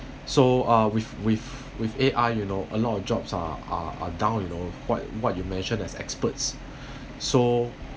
so uh with with with A_I you know a lot of jobs are are are down you know what what you mentioned as experts so